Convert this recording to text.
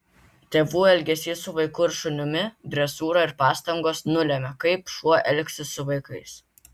tėvų elgesys su vaiku ir šunimi dresūra ir pastangos nulemia kaip šuo elgsis su vaikais